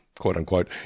quote-unquote